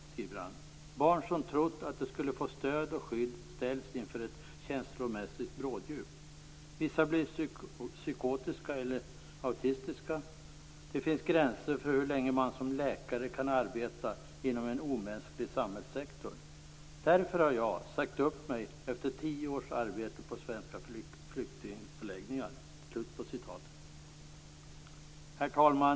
Barn som trott att de skulle få stöd och skydd ställs inför ett känslomässigt bråddjup. Vissa blir psykotiska eller autistiska. Det finns gränser för hur länge man som läkare kan arbeta inom en omänsklig samhällssektor. - Därför har jag sagt upp mig efter tio års arbete på svenska flyktingförläggningar." Herr talman!